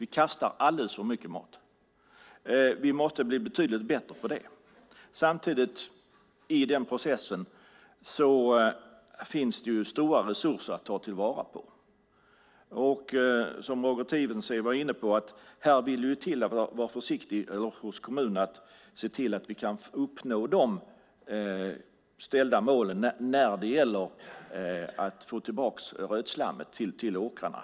Vi kastar alldeles för mycket mat. Vi måste bli betydligt bättre på det. Samtidigt finns det i den processen stora resurser att ta till vara. Som Roger Tiefensee var inne på vill det till att man är försiktig hos kommunerna för att se till att vi kan uppnå de ställda målen när det gäller att få tillbaka rötslammet till åkrarna.